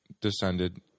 descended